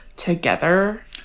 Together